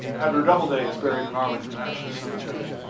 abner doubleday is buried in arlington national cemetery.